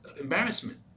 embarrassment